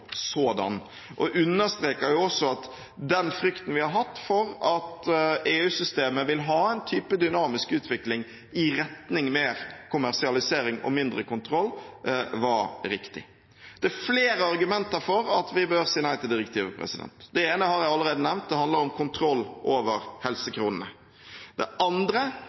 sådan og understreker også at den frykten vi har hatt for at EU-systemet vil ha en type dynamisk utvikling i retning av mer kommersialisering og mindre kontroll, var riktig. Det er flere argumenter for at vi bør si nei til direktivet. Det ene har jeg allerede nevnt, og det handler om kontroll over helsekronene. Det andre